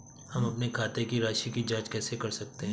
हम अपने खाते की राशि की जाँच कैसे कर सकते हैं?